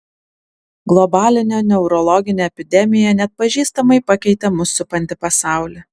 globalinė neurologinė epidemija neatpažįstamai pakeitė mus supantį pasaulį